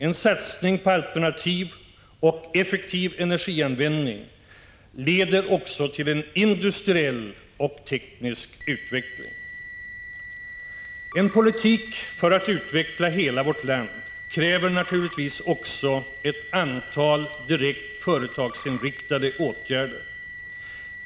En satsning på alternativ och effektiv energianvändning leder också till en industriell och teknisk utveckling. En politik för att utveckla hela vårt land kräver naturligtvis också ett antal direkt företagsinriktade åtgärder.